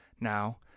Now